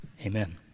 amen